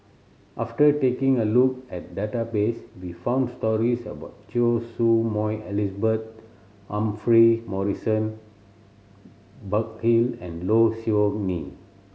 after taking a look at database we found stories about Choy Su Moi Elizabeth Humphrey Morrison Burkill and Low Siew Nghee